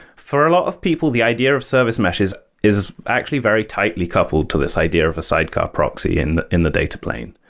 for a lot of people, the idea of service mesh is is actually very tightly coupled to this idea of a sidecar proxy in in the data plane.